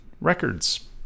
Records